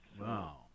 Wow